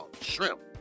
shrimp